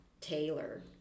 Taylor